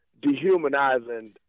dehumanizing